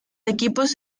equipos